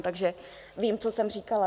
Takže vím, co jsem říkala.